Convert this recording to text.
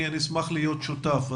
אני אשמח להיות שותף.